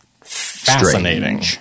fascinating